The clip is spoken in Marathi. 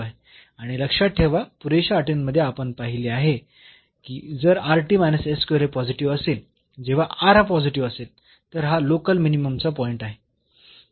आणि लक्षात ठेवा पुरेशा अटींमध्ये आपण पाहिले आहे की जर हे पॉझिटिव्ह असेल जेव्हा हा पॉझिटिव्ह असेल तर हा लोकल मिनिममचा पॉईंट आहे